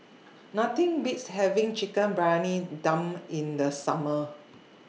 Nothing Beats having Chicken Briyani Dum in The Summer